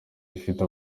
ifite